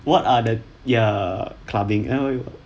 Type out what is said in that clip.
what are the ya clubbing anyway you